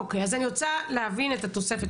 אוקי, אז אני רוצה להבין את התוספת,